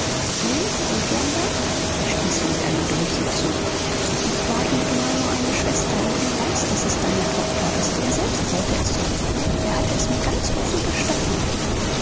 und wanda er stieß wie mit einem dolche zu ich war ihm immer nur eine schwester und er weiß daß es deine tochter ist er selbst wollte es so er hatte es mir ganz offen gestanden